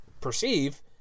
perceive